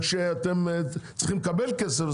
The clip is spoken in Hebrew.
וכשאתם צריכים לקבל כסף,